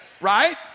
Right